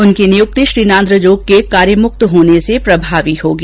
उनकी नियुक्ति श्री नान्द्रजोग के कार्य मुक्त होने से प्रभावी होगी